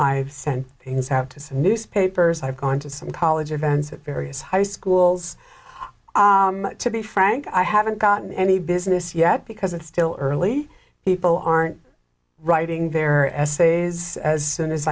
i've sent in is have to say newspapers i've gone to some college events at various high schools to be frank i haven't gotten any business yet because it's still early people aren't writing their essays as soon as